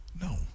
No